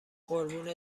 قربون